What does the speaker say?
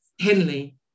Henley